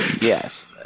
Yes